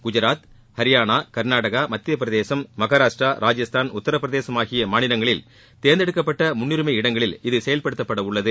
குஜாத் ஹரியாளா கர்நாடகா மத்தியப்பிரதேசம் மகாராஷ்டிரா ராஜஸ்தான் உத்திரப்பிரதேசம் ஆகிய மாநிலங்களில் தேர்ந்தெடுக்கப்பட்ட முன்னுரிமை இடங்களில் இது செயல்படுத்தப்படவுள்ளது